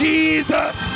Jesus